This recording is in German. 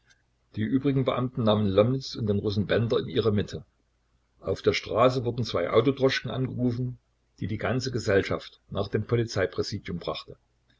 die übrigen beamten nahmen lomnitz und den russen bender in ihre mitte auf der straße wurden zwei autodroschken angerufen die die ganze gesellschaft nach dem polizeipräsidium brachten